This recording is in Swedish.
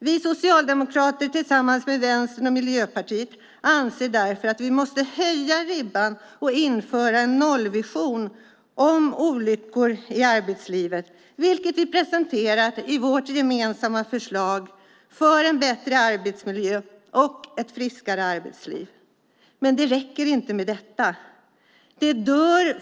Vi socialdemokrater anser därför tillsammans med Vänstern och Miljöpartiet att vi måste höja ribban och införa en nollvision om olyckor i arbetslivet, vilket vi presenterat i vårt gemensamma förslag för en bättre arbetsmiljö och ett friskare arbetsliv. Det räcker emellertid inte.